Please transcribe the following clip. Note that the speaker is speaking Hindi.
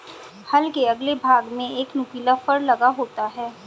हल के अगले भाग में एक नुकीला फर लगा होता है